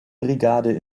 brigade